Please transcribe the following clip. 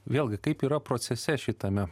vėlgi kaip yra procese šitame